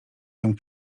tam